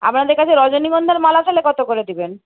আপনাদের কাছে রজনীগন্ধার মালা তাহলে কতো করে দিবেন